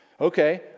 Okay